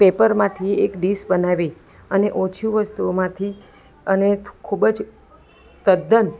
પેપરમાંથી એક ડીશ બનાવી અને ઓછું વસ્તુઓમાંથી અને ખૂબ જ તદ્દન